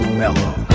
mellow